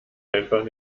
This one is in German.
einfach